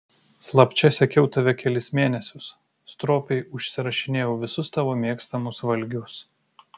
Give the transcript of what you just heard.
slapčia sekiau tave kelis mėnesius stropiai užsirašinėjau visus tavo mėgstamus valgius